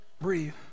Breathe